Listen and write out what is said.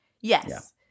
Yes